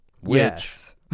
Yes